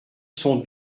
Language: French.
son